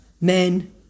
Men